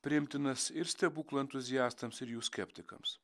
priimtinas ir stebuklų entuziastams ir jų skeptikams